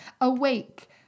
awake